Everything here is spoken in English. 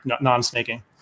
non-snaking